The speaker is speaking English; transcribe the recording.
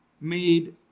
made